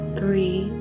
three